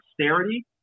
austerity